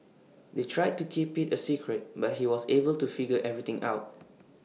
they tried to keep IT A secret but he was able to figure everything out